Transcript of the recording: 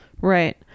right